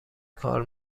کار